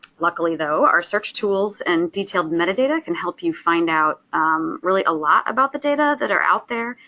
luckily though, our search tools and detailed metadata can help you find out really a lot about the data that are out there,